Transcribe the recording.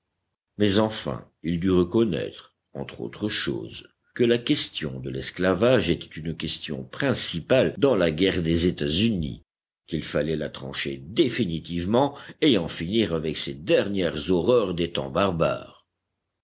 mais enfin il dut reconnaître entre autres choses que la question de l'esclavage était une question principale dans la guerre des états-unis qu'il fallait la trancher définitivement et en finir avec ces dernières horreurs des temps barbares